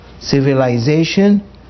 civilization